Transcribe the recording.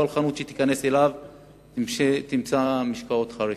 בכל חנות שתיכנס אליה תמצא משקאות חריפים.